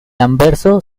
anverso